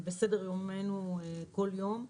בסדר יומנו כל יום.